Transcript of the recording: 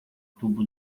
tubo